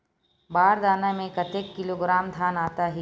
बार दाना में कतेक किलोग्राम धान आता हे?